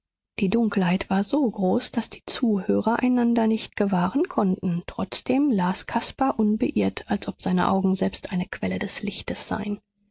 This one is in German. die dunkelheit war so groß daß die zuhörer einander nicht gewahren konnten trotzdem las caspar unbeirrt als ob seine augen selbst eine quelle des lichtes seien